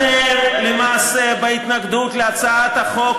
אתם, למעשה, בהתנגדות, זה מה שאתם עושים.